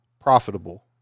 profitable